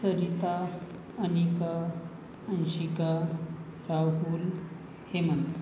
Sarita Anika Anshika Rahul Hemant